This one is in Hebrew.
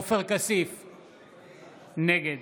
נגד